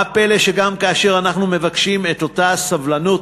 מה הפלא שגם כאשר אנחנו מבקשים את אותה הסבלנות,